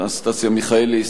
אנסטסיה מיכאלי,